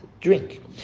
drink